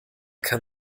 kann